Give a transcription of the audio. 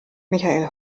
michael